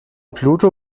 pluto